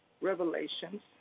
Revelations